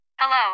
Hello